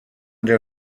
der